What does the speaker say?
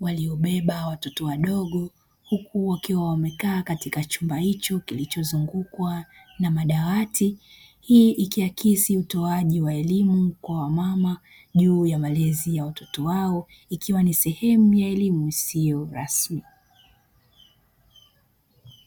waliobeba watoto wadogo, huku wakiwa wamekaa katika chumba hicho kilichozungukwa na madawati. Hii ikiakisi utoaji wa elimu kwa wamama juu ya maelezo ya watoto wao ikiwa ni sehemu ya elimu isiyo rasmi.